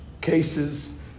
cases